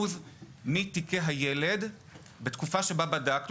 מתיקי הילד בתקופה שבה בדקנו